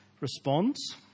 responds